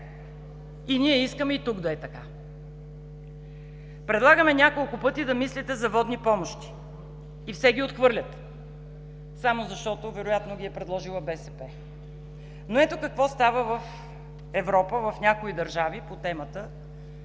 Ние искаме и тук да е така. Предлагаме няколко пъти да мислите за водни помощи и все ги отхвърляте, само защото вероятно ги е предложила БСП, но ето какво става в някои държави в Европа